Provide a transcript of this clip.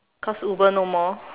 cause Uber no more